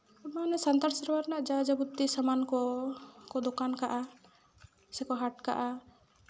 ᱢᱟᱱᱮ ᱥᱟᱱᱛᱟᱲ ᱥᱮᱨᱣᱟ ᱨᱮᱱᱟᱜ ᱡᱟ ᱡᱟᱵᱚᱛᱤ ᱥᱟᱢᱟᱱ ᱠᱚ ᱫᱚᱠᱟᱱ ᱠᱟᱜᱼᱟ ᱥᱮᱠᱚ ᱦᱟᱴ ᱠᱟᱜᱼᱟ